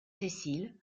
cécile